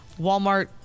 Walmart